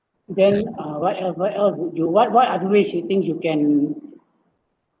then uh what else what else would you what what other ways you think you can